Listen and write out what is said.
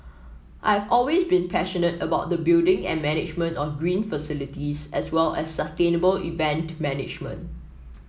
I have always been passionate about the building and management of green facilities as well as sustainable event management